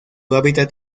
hábitat